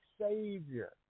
Savior